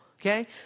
okay